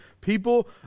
People